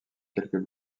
quelques